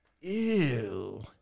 Ew